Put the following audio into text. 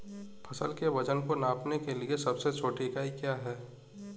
फसल के वजन को नापने के लिए सबसे छोटी इकाई क्या है?